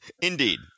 indeed